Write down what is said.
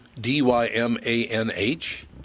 D-Y-M-A-N-H